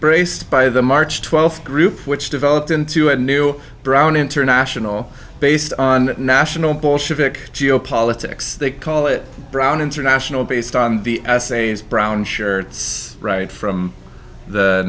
braced by the march twelfth group which developed into a new brown international based on national bolshevik geopolitics they call it brown international based on the essays brownshirts right from the